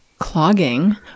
Clogging